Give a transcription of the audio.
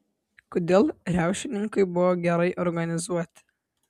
kodėl riaušininkai buvo gerai organizuoti